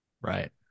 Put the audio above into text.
Right